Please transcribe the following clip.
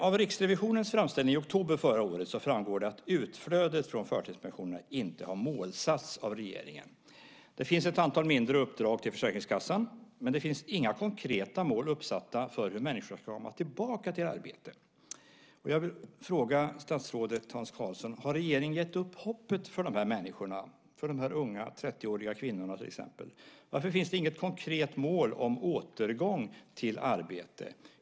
Av Riksrevisionens framställning i oktober förra året framgår det att utflödet från förtidspensionerna inte har målsatts av regeringen. Det finns ett antal mindre uppdrag till Försäkringskassan, men det finns inga konkreta mål uppsatta för hur människor ska komma tillbaka till arbete. Jag vill fråga statsrådet Hans Karlsson: Har regeringen gett upp hoppet för de här människorna, till exempel för de unga, 30-åriga kvinnorna? Varför finns det inget konkret mål om återgång till arbete?